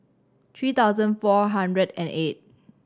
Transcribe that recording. three thousand four hundred and eight